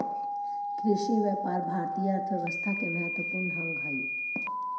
कृषिव्यापार भारतीय अर्थव्यवस्था के महत्त्वपूर्ण अंग हइ